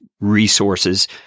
resources